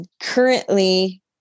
currently